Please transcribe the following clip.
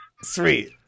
Sweet